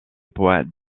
poids